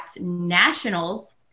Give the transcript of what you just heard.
nationals